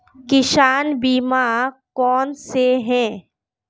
किसान बीमा कौनसे हैं?